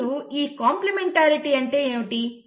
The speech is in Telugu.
అసలు ఈ కాంప్లిమెంటారీటీ అంటే ఏమిటి